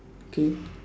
okay